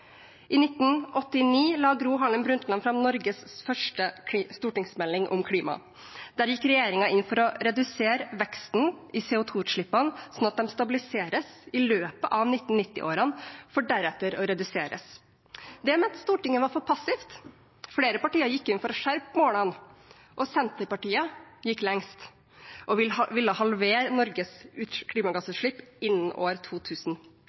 I 1989 la Gro Harlem Brundtland fram Norges første stortingsmelding om klima. Der gikk regjeringen inn for å redusere veksten i CO 2 -utslippene sånn at de ble stabilisert i løpet av 1990-årene, for deretter å bli redusert. Det mente Stortinget var for passivt. Flere partier gikk inn for å skjerpe målene, og Senterpartiet gikk lengst og ville halvere Norges klimagassutslipp innen år 2000.